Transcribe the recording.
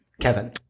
Kevin